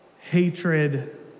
hatred